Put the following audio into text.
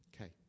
Okay